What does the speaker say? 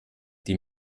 die